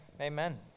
amen